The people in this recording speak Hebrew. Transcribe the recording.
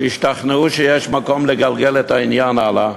שהשתכנעו שיש מקום לגלגל את העניין הלאה,